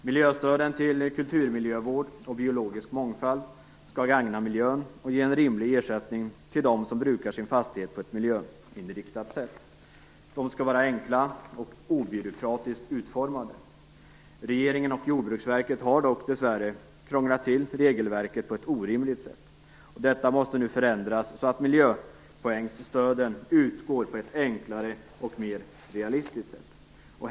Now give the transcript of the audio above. Miljöstöden till kulturmiljövård och biologisk mångfald skall gagna miljön och ge en rimlig ersättning till dem som brukar sin fastighet på ett miljöinriktat sätt. De skall vara enkla och obyråkratiskt utformade. Regeringen och Jordbruksverket har dock dessvärre krånglat till regelverket på ett orimligt sätt. Detta måste nu förändras så att miljöpoängsstöden utgår på ett enklare och mer realistiskt sätt.